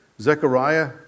Zechariah